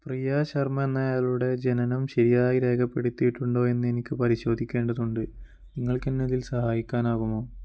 പ്രിയ ശർമ്മ എന്നയാളുടെ ജനനം ശരിയായി രേഖപ്പെടുത്തിയിട്ടുണ്ടോ എന്ന് എനിക്ക് പരിശോധിക്കേണ്ടതുണ്ട് നിങ്ങൾക്കെന്നെ അതിൽ സഹായിക്കാനാകുമോ